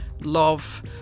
love